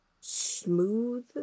smooth